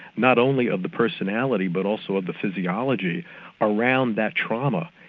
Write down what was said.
not only of the personality, but also of the physiology around that trauma.